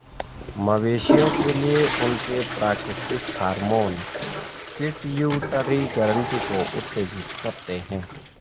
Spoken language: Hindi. मवेशियों के लिए, उनके प्राकृतिक हार्मोन पिट्यूटरी ग्रंथि को उत्तेजित करते हैं